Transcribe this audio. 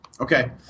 Okay